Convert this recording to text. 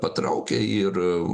patraukia ir